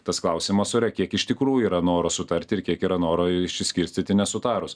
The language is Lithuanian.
tas klausimas ore kiek iš tikrųjų yra noro sutarti ir kiek yra noro išsiskirstyti nesutarus